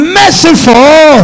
merciful